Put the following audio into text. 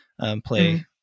play